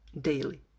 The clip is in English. daily